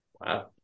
Wow